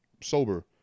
sober